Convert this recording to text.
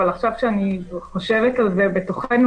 אבל עכשיו כשאני חושבת על זה בתוכנו,